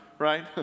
right